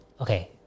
okay